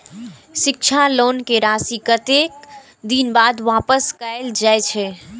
शिक्षा लोन के राशी कतेक दिन बाद वापस कायल जाय छै?